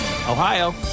Ohio